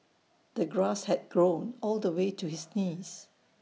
the grass had grown all the way to his knees